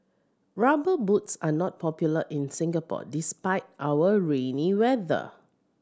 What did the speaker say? Rubber Boots are not popular in Singapore despite our rainy weather